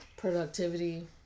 productivity